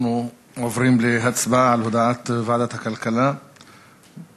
אנחנו עוברים להצבעה על הודעת ועדת הכלכלה בעניין